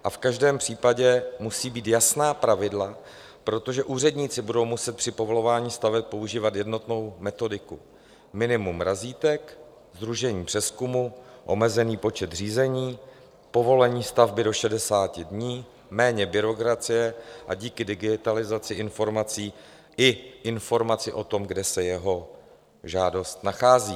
A v každém případě musí být jasná pravidla, protože úředníci budou muset při povolování staveb používat jednotnou metodiku: minimum razítek, sdružení přezkumu, omezený počet řízení, povolení stavby do 60 dní, méně byrokracie a díky digitalizaci informací i informaci o tom, kde se jeho žádost nachází.